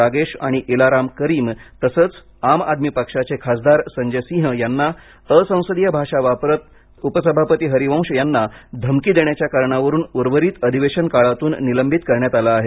रागेश आणि इलाराम करीम तसंच आम आदमी पक्षाचे खासदार संजय सिंह यांना असंसदीय भाषा वापरत उपसभापती हरिवंश यांना धमकी देण्याच्या कारणावरून उर्वरित अधिवेशन काळातून निलंबित करण्यात आलं आहे